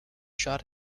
shot